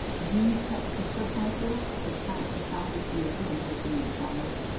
use text and subtitles to account for soundless viewing on social media channels.